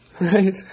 right